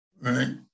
right